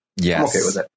Yes